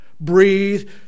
Breathe